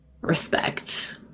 Respect